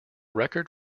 record